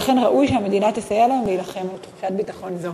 לכן ראוי שהמדינה תסייע להם להילחם למען תחושת ביטחון זו.